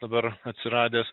dabar atsiradęs